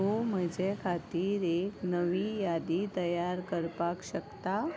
तूं म्हजे खातीर एक नवी यादी तयार करपाक शकता